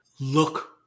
Look